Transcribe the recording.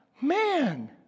man